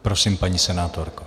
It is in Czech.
Prosím, paní senátorko.